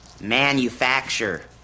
manufacture